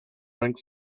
drank